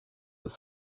was